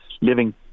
living